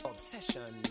Obsession